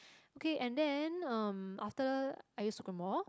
okay and then um after I use Sucremor